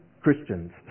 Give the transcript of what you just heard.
Christians